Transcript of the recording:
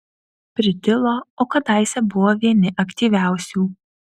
pritilo o kadaise buvo vieni aktyviausių